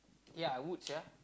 ya I would sia